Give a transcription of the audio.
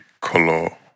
color